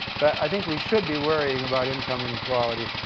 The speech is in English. but i think we should be worrying about income inequality,